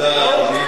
תודה.